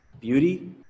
beauty